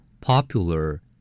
Popular